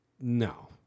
No